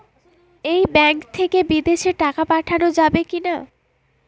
এই ব্যাঙ্ক থেকে বিদেশে টাকা পাঠানো যাবে কিনা?